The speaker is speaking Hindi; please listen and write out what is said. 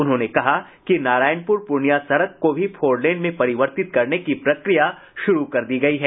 उन्होंने कहा कि नारायणपुर पूर्णियां सड़क को भी फोर लेन में परिवर्तित करने की प्रक्रिया शुरू कर दी गयी है